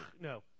No